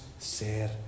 Ser